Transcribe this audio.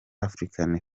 african